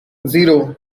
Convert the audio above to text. zero